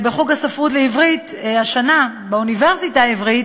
לחוג לספרות עברית השנה באוניברסיטה העברית